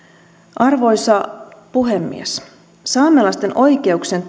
arvoisa puhemies saamelaisten oikeuksien